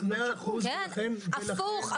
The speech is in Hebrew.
הפוך.